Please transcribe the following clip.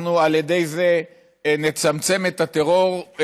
על ידי זה אנחנו נצמצם את הטרור,